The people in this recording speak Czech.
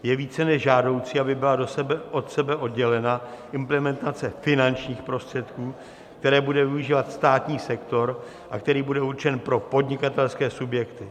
Je více než žádoucí, aby byla od sebe oddělena implementace finančních prostředků, které bude využívat státní sektor a které budou určeny pro podnikatelské subjekty.